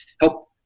help